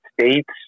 States